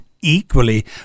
equally